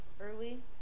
early